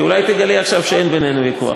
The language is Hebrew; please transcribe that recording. כי אולי תגלי עכשיו שאין בינינו ויכוח,